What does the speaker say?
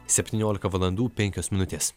septyniolika valandų penkios minutės